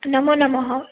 नमो नमः